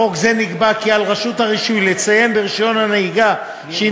בחוק זה נקבע כי על רשות הרישוי לציין ברישיון הנהיגה שהיא